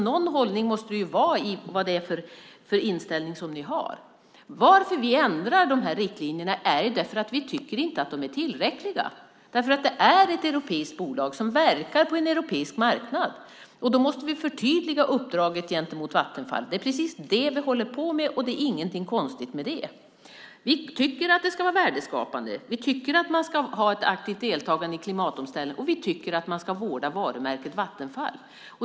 Någon hållning måste finnas i den inställning som ni har! Vi ändrar riktlinjerna därför att vi inte tycker att de är tillräckliga. Det är ett europeiskt bolag som verkar på en europeisk marknad. Då måste vi förtydliga uppdraget gentemot Vattenfall. Det är precis det vi håller på med. Det är ingenting konstigt med det. Vi tycker att det ska vara värdeskapande. Vi tycker att man ska ha ett aktivt deltagande i klimatomställningen. Vi tycker att man ska vårda varumärket Vattenfall.